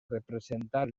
representar